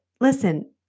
listen